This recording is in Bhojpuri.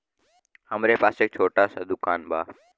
हमरे पास एक छोट स दुकान बा